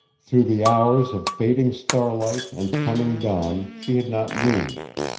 through the hours of fading starlight and coming dawn she had not moved.